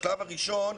השלב הראשון,